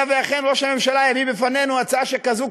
היה ואכן ראש הממשלה יביא בפנינו הצעה שכזו,